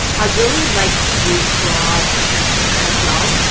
i really like to use broad campaigns as well.